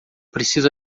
preciso